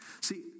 See